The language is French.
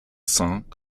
cinq